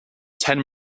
ten